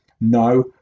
No